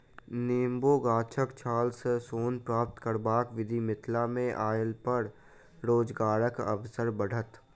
नेबो गाछक छाल सॅ सोन प्राप्त करबाक विधि मिथिला मे अयलापर रोजगारक अवसर बढ़त